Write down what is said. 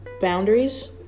boundaries